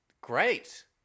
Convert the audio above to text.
great